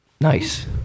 Nice